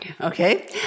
Okay